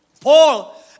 Paul